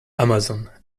amazon